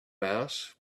mass